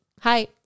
hi